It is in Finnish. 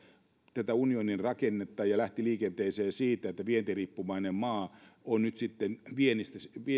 tätä unionin rakennetta ja lähti liikenteeseen siitä että vientiriippuvainen maa on nyt sitten